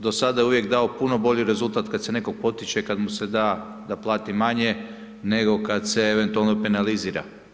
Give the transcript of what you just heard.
Do sada je uvijek dao puno bolji rezultat kad se nekoga potiče, kada mu se da da plati manje, nego kada se eventualno penalizira.